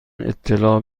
اطلاع